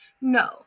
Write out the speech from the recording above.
no